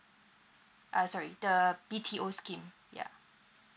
uh sorry the B_T_O scheme yup